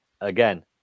again